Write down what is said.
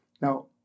Now